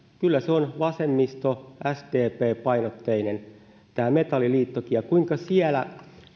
kyllä on vasemmisto sdp painotteinen tämä metalliliittokin ja siellä